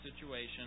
situation